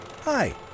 Hi